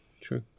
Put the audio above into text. true